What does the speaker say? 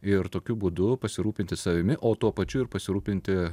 ir tokiu būdu pasirūpinti savimi o tuo pačiu ir pasirūpinti